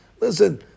Listen